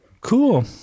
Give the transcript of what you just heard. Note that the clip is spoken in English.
cool